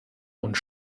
und